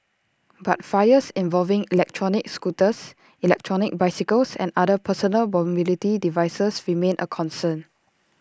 but fires involving electronic scooters electronic bicycles and other personal mobility devices remain A concern